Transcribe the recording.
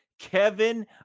Kevin